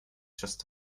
just